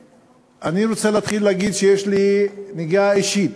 אני רוצה להתחיל ולהגיד שיש לי נגיעה אישית,